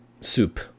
soup